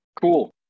cool